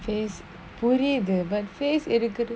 face புரியுது:puriyuthu but face இருக்குது:irukuthu